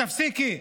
תפסיקי.